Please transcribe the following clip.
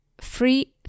free